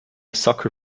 sucker